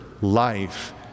life